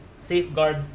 safeguard